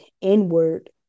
inward